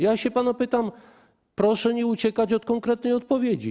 Ja pana pytam, proszę nie uciekać od konkretnej odpowiedzi.